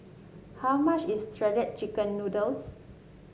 how much is Shredded Chicken Noodles